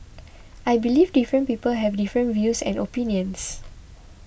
I believe different people have different views and opinions